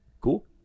cool